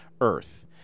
Earth